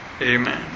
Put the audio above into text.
Amen